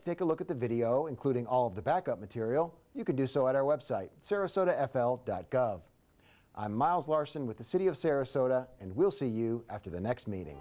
to take a look at the video including all of the backup material you can do so at our website sarasota f l dot gov i'm miles larson with the city of sarasota and we'll see you after the next m